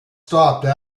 stopped